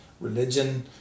religion